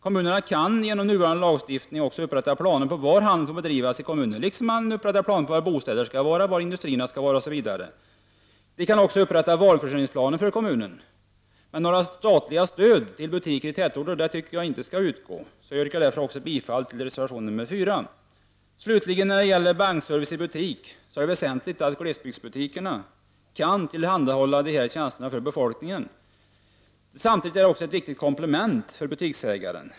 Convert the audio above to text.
Kommunerna kan genom nuvarande lagstiftning också upprätta planer på var handeln får bedrivas i kommunen, liksom man upprättar planer för var bostäderna skall finnas, var industrierna skall placeras osv. Vi kan också upprätta varuförsörjningsplaner för kommunerna. Jag tycker dock inte att det skall utgå statligt stöd till butiker i tätorter. Jag yrkar därför bifall till reservation nr 4. Det är väsentligt att man på glesbygden kan tillhandahålla bankservice i butik för befolkningen. Samtidigt är det också ett viktigt komplement för butiksägaren.